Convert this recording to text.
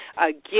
again